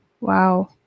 wow